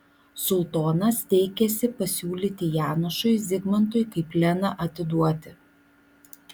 sultonas teikėsi pasiūlyti janošui zigmantui kaip leną atiduoti